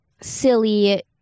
silly